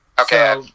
Okay